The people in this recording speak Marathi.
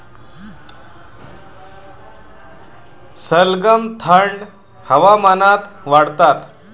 सलगम थंड हवामानात वाढतात